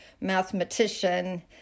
mathematician